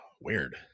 Weird